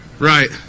Right